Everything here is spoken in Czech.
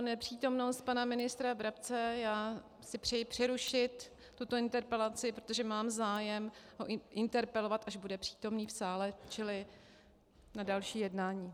Pro nepřítomnost pana ministra Brabce si přeji přerušit tuto interpelaci, protože mám zájem ho interpelovat, až bude přítomný v sále, čili na dalším jednání.